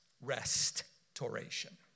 Restoration